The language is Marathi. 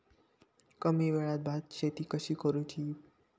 कमी वेळात भात शेती कशी करुची?